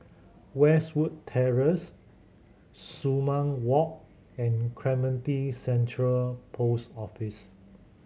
Westwood Terrace Sumang Walk and Clementi Central Post Office